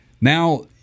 now